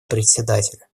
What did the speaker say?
председателя